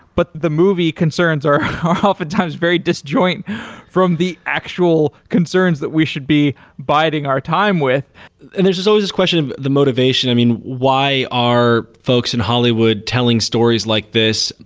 but the movie concerns are oftentimes very disjoint from the actual concerns that we should be biding our time with there's always this question of the motivation. i mean, why are folks in hollywood telling stories like this?